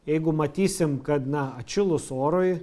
jeigu matysim kad na atšilus orui